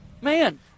man